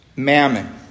Mammon